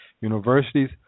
universities